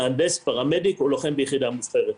מהנדס, פרמדיק או לוחם ביחידה מובחרת.